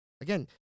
Again